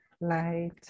light